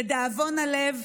לדאבון הלב,